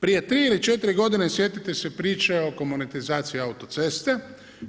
Prije 3 ili 4 godine, sjetite se priče o … autoceste,